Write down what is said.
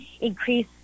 increase